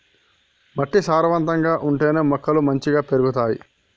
మట్టి సారవంతంగా ఉంటేనే మొక్కలు మంచిగ పెరుగుతాయి